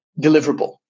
deliverable